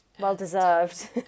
Well-deserved